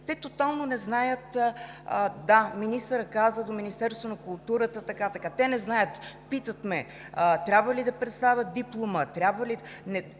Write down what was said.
те тотално не знаят… Да, министърът каза: до Министерството на културата, така, така. Те не знаят. Питат ме: трябва ли да представят диплома? Това са